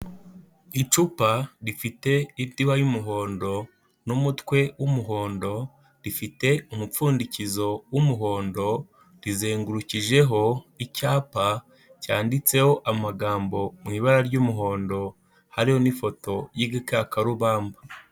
Icupa rifite indiba y'umuhondo n'umutwe w'umuhondo rifite umupfundikizo w'umuhondo, rizengurukijeho icyapa cyanditseho amagambo mu ibara ry'umuhondo, hariho n'ifoto y'igikakarubamba.